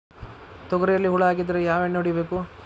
ತೊಗರಿಯಲ್ಲಿ ಹುಳ ಆಗಿದ್ದರೆ ಯಾವ ಎಣ್ಣೆ ಹೊಡಿಬೇಕು?